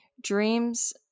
dreams